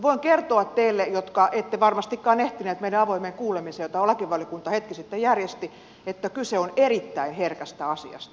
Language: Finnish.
voin kertoa teille jotka ette varmastikaan ehtineet meidän avoimeen kuulemiseemme jonka lakivaliokunta hetki sitten järjesti että kyse on erittäin herkästä asiasta